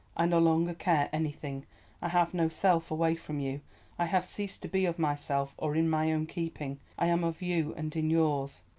i no longer care anything i have no self away from you i have ceased to be of myself or in my own keeping. i am of you and in yours.